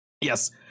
Yes